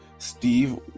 Steve